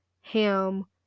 ham